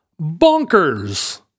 Bonkers